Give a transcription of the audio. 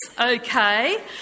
okay